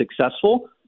successful